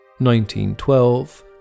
1912